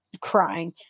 crying